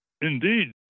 Indeed